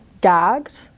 gagged